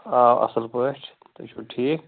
آ اَصٕل پٲٹھۍ تُہۍ چھِو ٹھیٖک